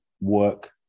work